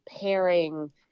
pairing